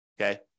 okay